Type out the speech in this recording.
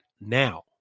now